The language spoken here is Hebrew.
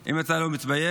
אם אתה לא מתבייש,